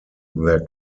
their